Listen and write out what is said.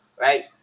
right